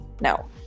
no